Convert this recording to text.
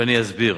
ואני אסביר.